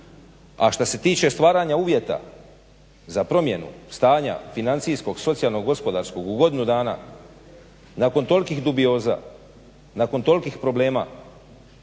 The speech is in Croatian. A šta se tiče stvaranja uvjeta za promjenu stanja financijskog, socijalnog, gospodarskog u godinu dana nakon tolikih dubioza, nakon tolikih problema,